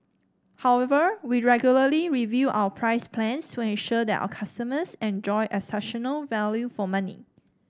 however we regularly review our price plans to ensure that our customers enjoy exceptional value for money